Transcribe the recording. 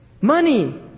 money